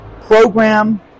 program